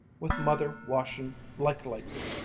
with mother washing like lightning,